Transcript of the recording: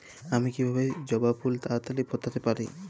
আমি কিভাবে জবা ফুল তাড়াতাড়ি ফোটাতে পারি?